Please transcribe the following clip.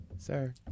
Sir